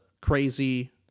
crazy